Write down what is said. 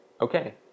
okay